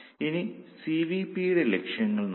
ഇനി C V P യുടെ ലക്ഷ്യങ്ങൾ നോക്കാം